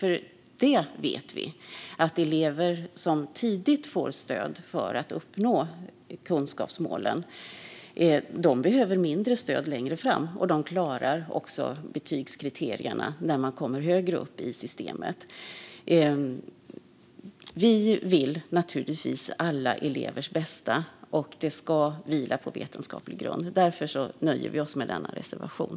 Vi vet att elever som tidigt får stöd för att uppnå kunskapsmålen behöver mindre stöd längre fram och även klarar betygskriterierna när de kommer högre upp i systemet. Vi vill givetvis alla elevers bästa, och det ska vila på vetenskaplig grund. Därför nöjer vi oss med denna reservation.